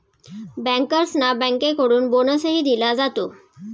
बँकर्सना बँकेकडून बोनसही दिला जातो